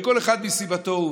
וכל אחד מסיבתו הוא,